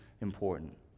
important